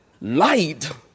light